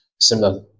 similar